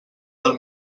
del